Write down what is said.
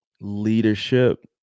leadership